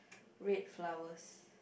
red flowers